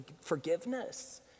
forgiveness